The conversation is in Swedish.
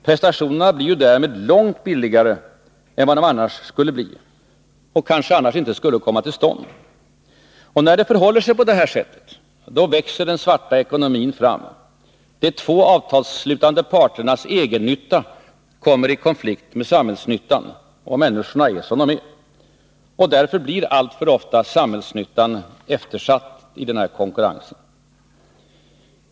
Prestationerna blir därmed långt billigare än de i annat fall skulle bli — och kanske de annars inte skulle komma till stånd. När det förhåller sig på det här sättet växer den svarta ekonomin fram. De två avtalsslutande parternas egennytta kommer i konflikt med samhällsnyttan, och människorna är som de är. Därför blir alltför ofta samhällsnyttan eftersatt i den här konkurrensen.